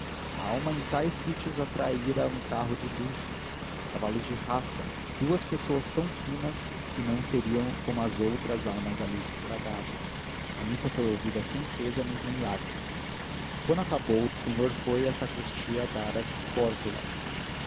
alma que a tais sítios atraíra um carro de luxo cavalos de raça e duas pessoas tão finas não seria como as outras almas ali sufragadas a missa foi ouvida sem pêsames nem lágrimas quando acabou o senhor foi à sacristia dar as